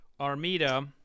Armida